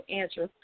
answer